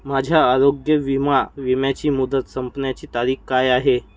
माझ्या आरोग्यविमा विम्याची मुदत संपण्याची तारीख काय आहे